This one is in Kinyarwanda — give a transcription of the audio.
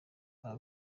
aba